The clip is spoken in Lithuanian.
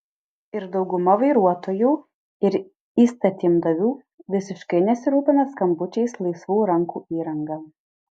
ir dauguma vairuotojų ir įstatymdavių visiškai nesirūpina skambučiais laisvų rankų įranga